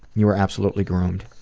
you were absolutely groomed.